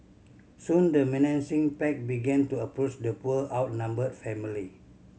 soon the menacing pack began to approach the poor outnumbered family